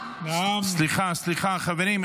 סליחה, חברים.